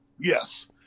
Yes